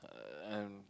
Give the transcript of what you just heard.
uh